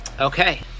Okay